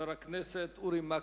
חבר הכנסת אורי מקלב.